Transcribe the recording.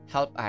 Help